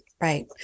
Right